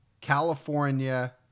California